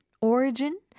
origin